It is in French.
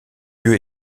lieu